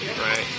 right